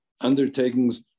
undertakings